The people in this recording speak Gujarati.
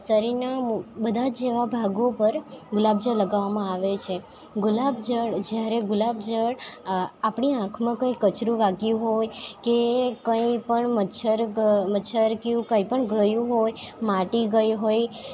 શરીરના બધા જેવા ભાગો પર ગુલાબજળ લગાવામાં આવે છે ગુલાબજળ જ્યારે ગુલાબજળ આપણી આંખમાં કોઈ કચરુ વાગ્યું હોય કે કઈ પણ મચ્છર ઉપર મચ્છર કે એવું કઈ પણ ગયું હોય માટી ગઈ હોય